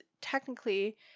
technically